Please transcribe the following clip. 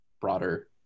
broader